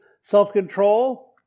self-control